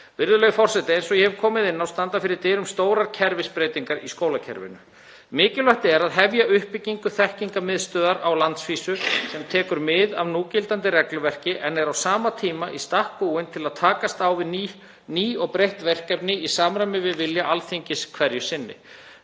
Virðulegi forseti. Eins og ég hef komið inn á standa fyrir dyrum stórar kerfisbreytingar í skólakerfinu. Mikilvægt er að hefja uppbyggingu þekkingarmiðstöðvar á landsvísu sem tekur mið af núgildandi regluverki en er á sama tíma í stakk búin til að takast á við ný og breytt verkefni í samræmi við vilja Alþingis hverju sinni,